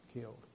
killed